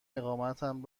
اقامتم